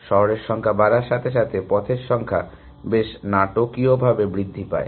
শহরের সংখ্যা বাড়ার সাথে সাথে পথের সংখ্যা বেশ নাটকীয়ভাবে বৃদ্ধি পায়